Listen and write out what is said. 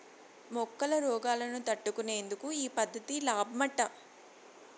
మొక్కల రోగాలను తట్టుకునేందుకు ఈ పద్ధతి లాబ్మట